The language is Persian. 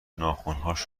ناخنهاش